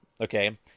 okay